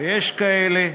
ויש כאלה,